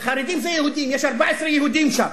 יש 14 יהודים שם.